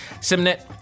simnet